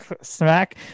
smack